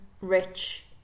rich